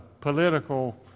political